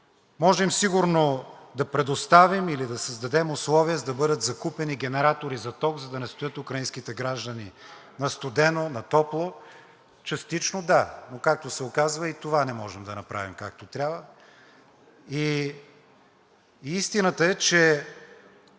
може сигурно да предоставим или да създадем условия, за да бъдат закупени генератори за ток, за да не стоят украинските граждани на студено, на топло. Частично, да, но както се оказва, и това не може да направим както трябва. Истината е, че